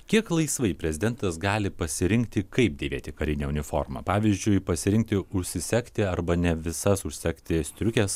kiek laisvai prezidentas gali pasirinkti kaip dėvėti karinę uniformą pavyzdžiui pasirinkti užsisegti arba ne visas užsegti striukės